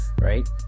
right